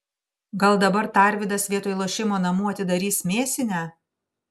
gal dabar tarvydas vietoj lošimo namų atidarys mėsinę